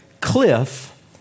Cliff